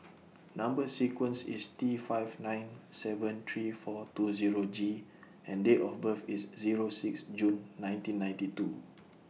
Number sequence IS T five nine seven three four two Zero G and Date of birth IS Zero six June nineteen ninety two